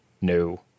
No